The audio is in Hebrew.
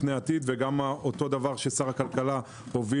זה כבר מסמן את פני העתיד ואותו דבר ששר הכלכלה הוביל